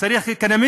צריך פוליטיקאי?